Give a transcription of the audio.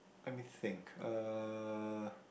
let me think uh